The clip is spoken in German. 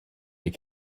die